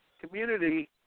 community